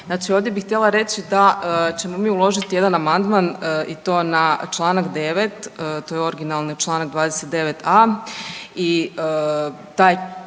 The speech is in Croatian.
No ovdje bih htjela reći da ćemo mi uložiti jedan amandman i to na čl. 9. to je originalni čl. 29.a i taj